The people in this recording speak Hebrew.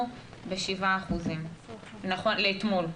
אנחנו ב-7% נכון לאתמול.